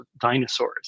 dinosaurs